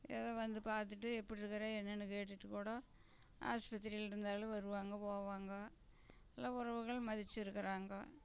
ஏதோ வந்து பார்த்துட்டு எப்படி இருக்கிற என்னென்னு கேட்டுவிட்டு கூட ஆஸ்பத்திரியில் இருந்தாலும் வருவாங்க போவாங்க எல்லா உறவுகள் மதித்திருக்கறாங்க